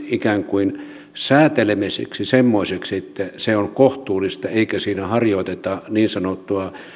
ikään kuin monopoliliiketoiminnan säätelemiseksi semmoiseksi että se on kohtuullista eikä siinä harjoiteta niin sanottua